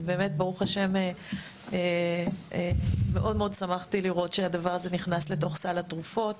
ברוך השם מאוד שמחתי לראות הדבר הזה נכנס לתוך סל התרופות,